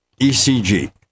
ecg